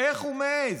איך הוא מעז,